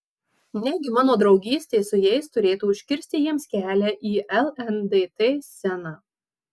negi mano draugystė su jais turėtų užkirsti jiems kelią į lndt sceną